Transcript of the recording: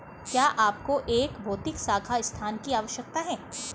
क्या आपको एक भौतिक शाखा स्थान की आवश्यकता है?